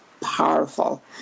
powerful